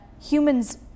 humans